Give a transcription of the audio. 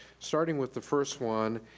starting with the first one,